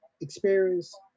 experience